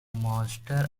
monster